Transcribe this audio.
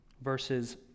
verses